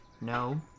No